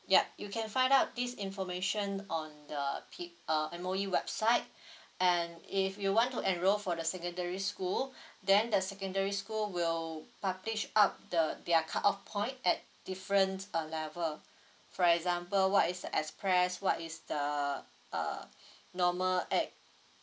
yup you can find out this information on the page uh M_O_E website and if you want to enroll for the secondary school then the secondary school will portage up the their cutoff point at different uh level for example what is a express what is the uh normal ad